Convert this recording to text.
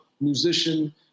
musician